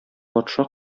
патша